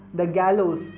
the gallows,